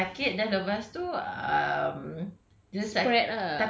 sa~ sakit then lepas tu um